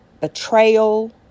betrayal